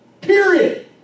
Period